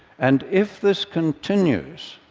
and if this continues,